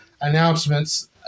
announcements